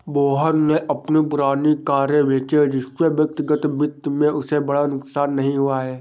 मोहन ने अपनी पुरानी कारें बेची जिससे व्यक्तिगत वित्त में उसे बड़ा नुकसान नहीं हुआ है